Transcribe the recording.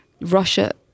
Russia